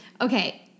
Okay